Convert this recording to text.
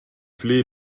flehe